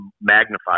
magnified